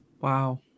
wow